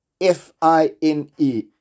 F-I-N-E